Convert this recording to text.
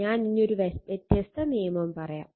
ഞാൻ ഇനി ഒരു വ്യത്യസ്ത നിയമം പറയാം